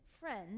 friend